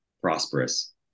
prosperous